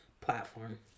platform